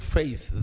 faith